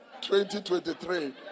2023